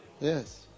Yes